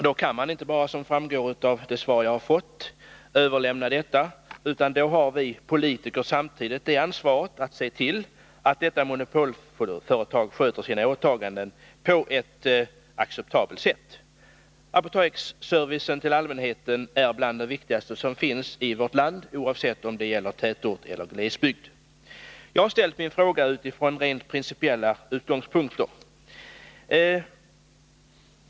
Då kan man inte bara överlämna hela ansvaret för denna uppgift — av det svar som jag här har fått framgår att så har skett —, utan vi politiker har samtidigt en skyldighet att se till att detta monopolföretag fullgör sina åtaganden på ett acceptabelt sätt. Apoteksservicen till allmänheten är bland det viktigaste som finns i vårt land, oavsett om det gäller tätort eller glesbygd. Jag har ställt min fråga utifrån rent principiella utgångspunkter.